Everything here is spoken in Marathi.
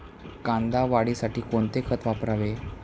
कांदा वाढीसाठी कोणते खत वापरावे?